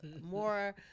more